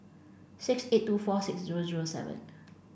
six eight two four six zero zero seven